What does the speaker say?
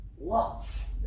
love